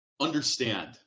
understand